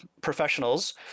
professionals